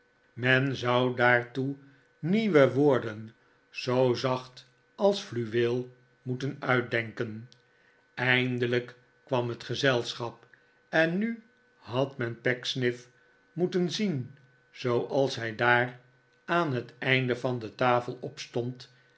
men zou daartoe nieuwe woorden zoo zacht als fluweel moeten uitdenken eindelijk kwam het gezelschap en nu had men pecksniff moeten zien zooals hij daar aan het einde van de tafel opstond